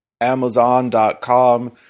Amazon.com